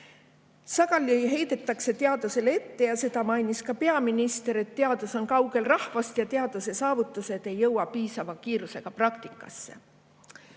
Sageli heidetakse teadlastele ette ja seda mainis ka peaminister, et teadus on kaugel rahvast ja teaduse saavutused ei jõua piisava kiirusega praktikasse.